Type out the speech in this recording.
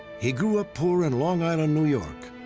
he grew up poor in long island, new york.